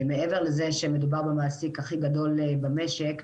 מעבר לזה שמדובר במעסיק הכי גדול במשק,